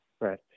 Right